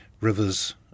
rivers